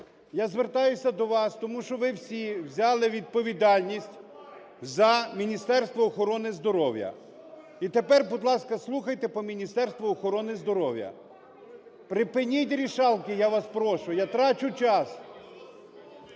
Я звертаюся до вас, тому що ви всі взяли відповідальність за Міністерство охорони здоров'я. І тепер, будь ласка, слухайте по Міністерству охорони здоров'я. Припиніть "рішалки", я вас прошу, я трачу час.